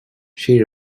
she